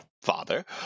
Father